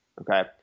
okay